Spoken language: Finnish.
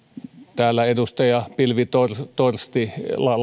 täällä edustaja pilvi torsti torsti